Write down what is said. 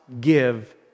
give